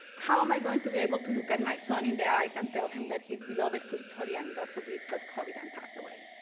how am i going to be able to look at my son in the eyes and tell him that his beloved custodian, god forbids, got covid and passed away?